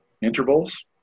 intervals